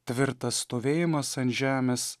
tvirtas stovėjimas ant žemės